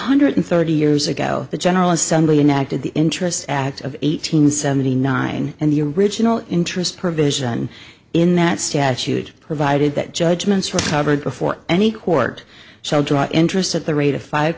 hundred thirty years ago the general assembly an act of the interests act of eight hundred seventy nine and the original interest provision in that statute provided that judgments are covered before any court shall draw interest at the rate of five